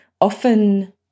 often